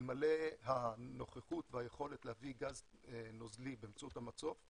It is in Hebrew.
אלמלא הנוכחות והיכולת להביא גז נוזלי באמצעות המצוף,